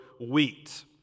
wheat